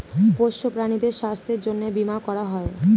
পোষ্য প্রাণীদের স্বাস্থ্যের জন্যে বীমা করা হয়